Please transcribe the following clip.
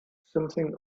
something